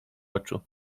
oczu